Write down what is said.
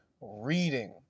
reading